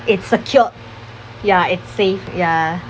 it's secured ya it's safe ya